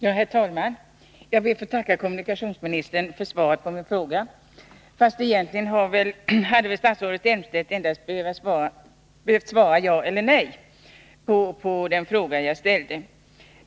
Herr talman! Jag ber att få tacka kommunikationsministern för svaret på min fråga. Fast egentligen hade statsrådet Elmstedt endast behövt svara ja eller nej på den fråga jag ställt.